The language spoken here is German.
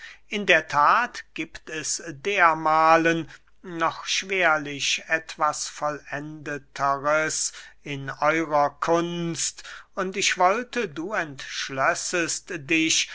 in der that giebt es dermahlen noch schwerlich etwas vollendeteres in eurer kunst und ich wollte du entschlössest dich